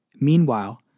Meanwhile